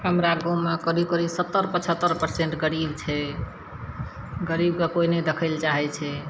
हमरा गाँवमे करीब करीब सत्तर पचहत्तर परसेंट गरीब छै गरीबके कोइ नहि देखय लए चाहय छै